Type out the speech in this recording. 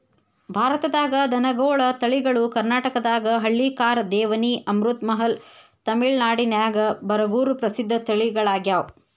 ಭಾರತದಾಗ ದನಗೋಳ ತಳಿಗಳು ಕರ್ನಾಟಕದಾಗ ಹಳ್ಳಿಕಾರ್, ದೇವನಿ, ಅಮೃತಮಹಲ್, ತಮಿಳನಾಡಿನ್ಯಾಗ ಬರಗೂರು ಪ್ರಸಿದ್ಧ ತಳಿಗಳಗ್ಯಾವ